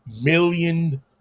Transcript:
million